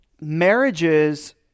marriages